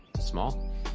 small